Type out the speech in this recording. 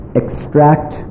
extract